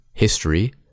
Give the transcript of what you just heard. history